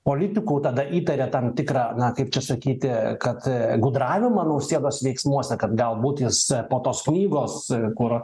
politikų tada įtarė tam tikrą na kaip čia sakyti kad gudravimą nausėdos veiksmuose kad galbūt jis po tos knygos kur